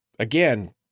Again